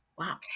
wow